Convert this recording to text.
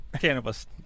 cannabis